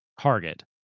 Target